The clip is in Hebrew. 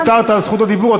אתה ויתרת על זכות הדיבור,